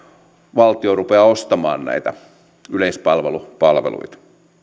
valtio rupea ostamaan näitä yleispalvelupalveluita